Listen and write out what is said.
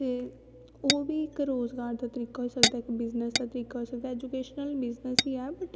ते ओह् बी इक रोज़गार दा तरीका होई सकदा इक बिज़नस दा तरीका होई सकदा ऐजुकेशन बिजनस ई ऐ बट